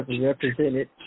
represented